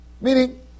meaning